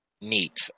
neat